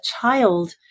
child